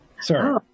sir